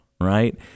right